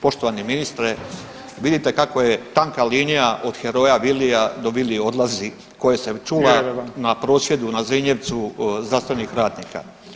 Poštovani ministre, vidite kako je tanka linija od heroja Vilija do Vili odlazi koja se čula na prosvjedu na Zrinjevcu zdravstvenih radnika.